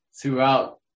throughout